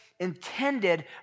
intended